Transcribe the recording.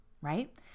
right